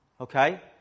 Okay